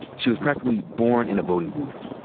she was practically born in a voting both.